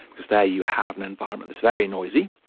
because there you have an environment that's very noisy,